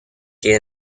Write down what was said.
que